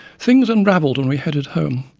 things unravelled when we headed home.